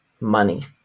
money